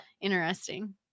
interesting